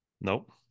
Nope